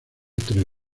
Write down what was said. tres